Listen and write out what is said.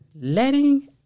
Letting